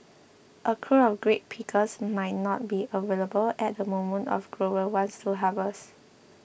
a crew of grape pickers might not be available at the moment a grower wants to harvest